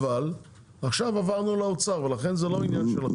אבל עכשיו עברנו לאוצר ולכן זה לא עניין שלכם.